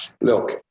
look